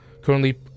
currently